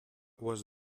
was